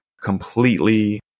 completely